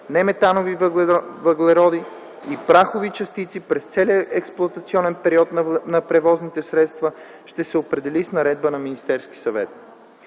неметанови въглеводороди и прахови частици през целия експлоатационен живот на превозните средства ще се определи с наредба на Министерския съвет.